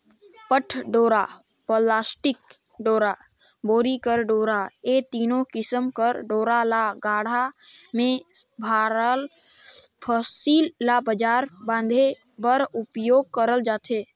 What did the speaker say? पट डोरा, पलास्टिक डोरा, बोरी कर डोरा ए तीनो किसिम कर डोरा ल गाड़ा मे भराल फसिल ल बंजर बांधे बर उपियोग करल जाथे